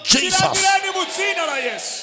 Jesus